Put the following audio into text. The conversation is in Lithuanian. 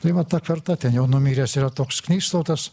tai va ta karta ten jau numiręs yra toks knystautas